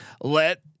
let